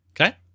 Okay